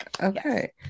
Okay